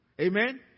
Amen